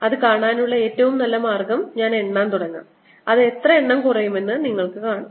അത് കാണാനുള്ള ഏറ്റവും നല്ല മാർഗ്ഗം ഞാൻ എണ്ണാൻ തുടങ്ങാം അത് എത്ര എണ്ണം കുറയുമെന്ന് നിങ്ങൾ കാണും